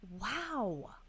Wow